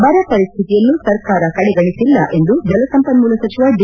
ಬರ ಪರಿಸ್ವಿತಿಯನ್ನು ಸರ್ಕಾರ ಕಡೆಗಣೆಸಿಲ್ಲ ಎಂದು ಜಲಸಂಪನ್ನೂಲ ಸಚಿವ ಡಿ